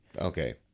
Okay